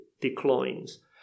declines